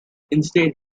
instead